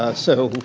ah so,